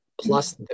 plus